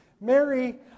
Mary